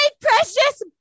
precious